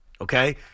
Okay